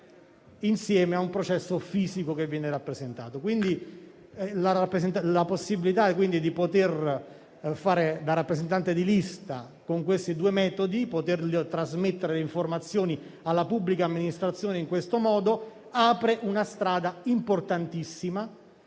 rispetto a quello fisico, che viene rappresentato. La possibilità di fare da rappresentante di lista con questi due metodi, potendo trasmettere le informazioni alla pubblica amministrazione in questo modo, apre una strada importantissima,